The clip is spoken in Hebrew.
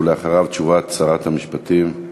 אחריו, תשובת שרת המשפטים,